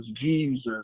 Jesus